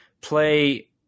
play